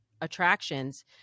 attractions